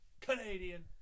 Canadian